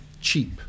cheap